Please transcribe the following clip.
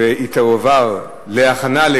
פיצוי ללא הוכחת נזק),